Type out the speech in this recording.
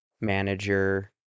manager